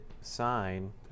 sign